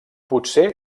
potser